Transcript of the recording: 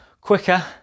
quicker